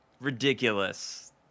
Ridiculous